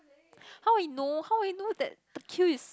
how I know how I know that queue is